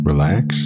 Relax